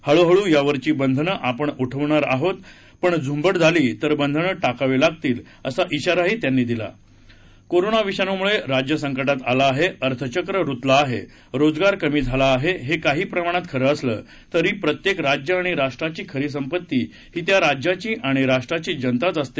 हळुहळू यावरची बंधने आपण उठवली आहेत पण झुंबड झाली तर बंधनं टाकावी लागतील असा इशाराही त्यांनी दिला कोरोना विषाणूमुळे राज्य संकटात आलं आहे अर्थचक्र रुतलं आहे रोजगार कमी झाला आहे हे काही प्रमाणात खरं असले तरी प्रत्येक राज्य आणि राष्ट्राची खरी संपत्ती ही त्या राज्याची आणि राष्ट्राची जनताच असते